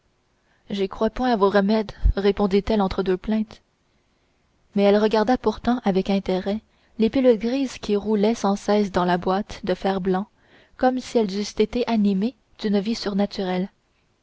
j'y crois point à vos remèdes répondit-elle entre deux plaintes mais elle regarda pourtant avec intérêt les pilules grises qui roulaient sans cesse dans la boîte de fer-blanc comme si elles eussent été animées d'une vie surnaturelle